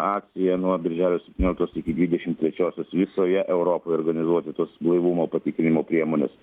akcija nuo birželio septynioliktos iki dvidešim trečiosios visoje europoje organizuoti tuos blaivumo patikrinimo priemones